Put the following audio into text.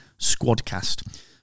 Squadcast